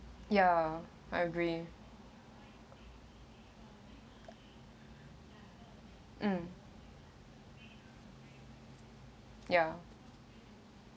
ya I agree mm ya